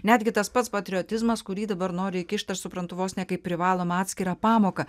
netgi tas pats patriotizmas kurį dabar nori įkišt aš suprantu vos ne kaip privalomą atskirą pamoką